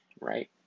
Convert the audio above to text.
right